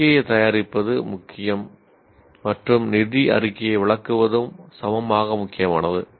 அறிக்கையைத் தயாரிப்பது முக்கியம் மற்றும் நிதி அறிக்கையை விளக்குவதும் சமமாக முக்கியமானது